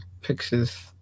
pictures